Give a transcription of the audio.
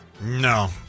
No